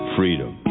Freedom